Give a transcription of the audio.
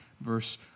verse